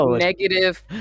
negative